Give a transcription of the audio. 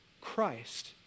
Christ